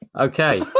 Okay